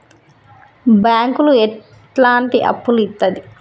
బ్యాంకులు ఎట్లాంటి అప్పులు ఇత్తది?